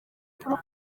paul